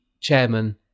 chairman